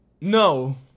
No